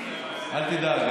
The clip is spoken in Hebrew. אל תדאג,